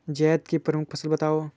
जायद की प्रमुख फसल बताओ